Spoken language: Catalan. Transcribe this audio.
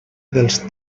dels